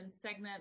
segment